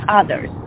others